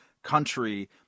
country